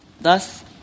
Thus